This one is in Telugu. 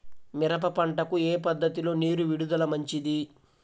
మిరప పంటకు ఏ పద్ధతిలో నీరు విడుదల మంచిది?